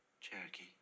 Cherokee